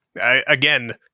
again